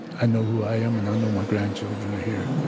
i know who i am and i know my grandchildren here.